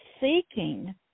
seeking